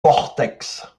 vortex